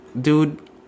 dude